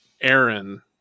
Aaron